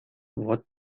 what